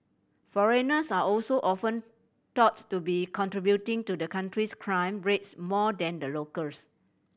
foreigners are also often thought to be contributing to the country's crime rates more than the locals